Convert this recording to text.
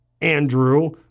Andrew